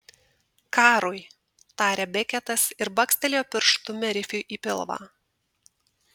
karui tarė beketas ir bakstelėjo pirštu merfiui į pilvą